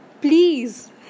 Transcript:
Please